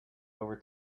over